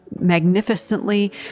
magnificently